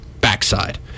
backside